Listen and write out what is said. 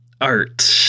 Art